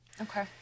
Okay